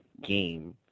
game